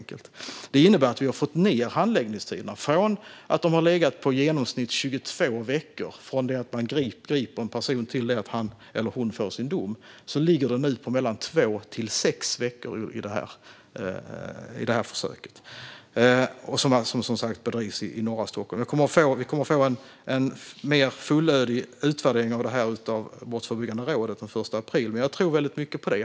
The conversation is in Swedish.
Detta innebär att vi har fått ned handläggningstiderna från att ha legat på i genomsnitt 22 veckor från det att man griper en person till dess att han eller hon får sin dom till att nu ligga på mellan 2 och 6 veckor i detta försök, som alltså bedrivs i norra Stockholm. Vi kommer att få en mer fulllödig utvärdering av Brottsförebyggande rådet den 1 april, men jag tror väldigt mycket på detta.